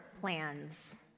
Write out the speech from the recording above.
plans